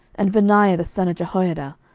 and benaiah the son of jehoiada.